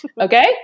Okay